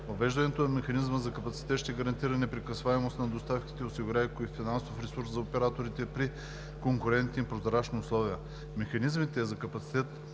Въвеждането на механизъм за капацитет ще гарантира непрекъсваемост на доставките, осигурявайки финансов ресурс за операторите при конкурентни и прозрачни условия. Механизмите за капацитет